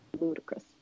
ludicrous